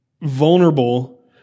vulnerable